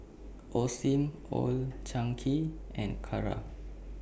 Osim Old Chang Kee and Kara